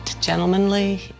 gentlemanly